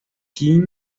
kim